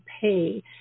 pay